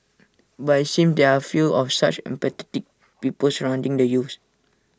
but IT seems there are few of such empathetic people surrounding the youths